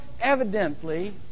evidently